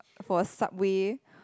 for a Subway